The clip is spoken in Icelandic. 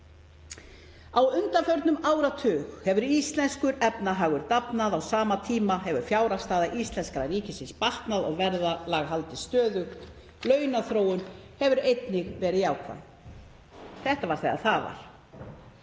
Á undanförnum áratug hefur íslenskur efnahagur dafnað. Á sama tíma hefur fjárhagsstaða íslenska ríkisins batnað og verðlag haldist stöðugt. Launaþróun hefur einnig verið jákvæð. Þetta var þegar það var.